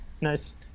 Nice